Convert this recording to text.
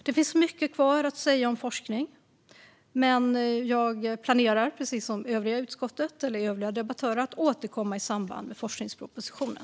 Det finns mycket kvar att säga om forskning, men jag planerar som övriga debattörer från utskottet att återkomma i samband med forskningspropositionen.